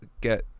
get